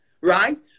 right